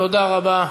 תודה רבה,